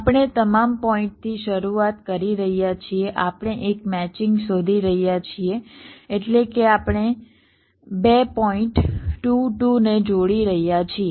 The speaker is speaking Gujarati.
આપણે તમામ પોઇન્ટથી શરૂઆત કરી રહ્યા છીએ આપણે એક મેચિંગ શોધી રહ્યા છીએ એટલે કે આપણે 2 પોઇન્ટ 2 2 ને જોડી રહ્યા છીએ